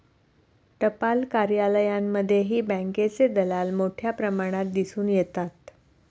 टपाल कार्यालयांमध्येही बँकेचे दलाल मोठ्या प्रमाणात दिसून येतात